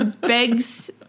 begs